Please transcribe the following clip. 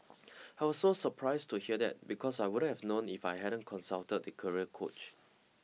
I was so surprised to hear that because I wouldn't have known if I hadn't consulted the career coach